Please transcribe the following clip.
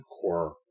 core